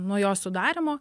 nuo jo sudarymo